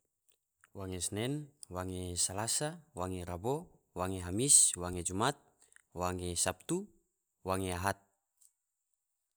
Wange senen, wange salasa, wange rabo, wange hamis, wange jumat, wange sabtu, wange had.